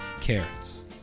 carrots